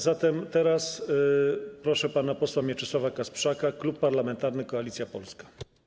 Zatem teraz proszę pana posła Mieczysława Kasprzaka, Klub Parlamentarny Koalicja Polska.